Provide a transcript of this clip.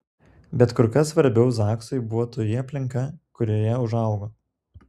bet kur kas svarbiau zaksui buvo toji aplinka kurioje užaugo